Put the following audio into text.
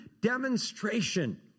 demonstration